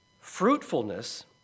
fruitfulness